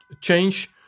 change